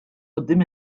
quddiem